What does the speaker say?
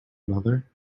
another